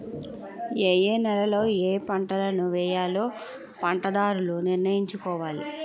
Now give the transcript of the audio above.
ఏయే నేలలలో ఏపంటలను వేయాలో పంటదారుడు నిర్ణయించుకోవాలి